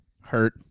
Hurt